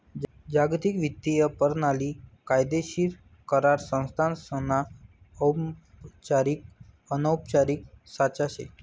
जागतिक वित्तीय परणाली कायदेशीर करार संस्थासना औपचारिक अनौपचारिक साचा शे